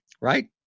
right